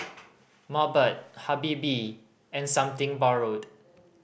Mobot Habibie and Something Borrowed